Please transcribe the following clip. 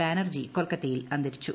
ബാനർജി കൊൽക്കത്തയിൽ അന്തരിച്ചു